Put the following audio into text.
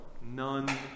None